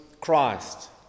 Christ